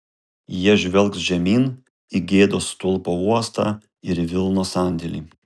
jie žvelgs žemyn į gėdos stulpo uostą ir į vilnos sandėlį